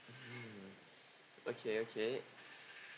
okay okay